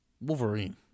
Wolverine